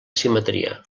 simetria